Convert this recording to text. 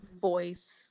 voice